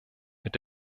mit